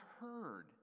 heard